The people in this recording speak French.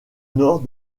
nord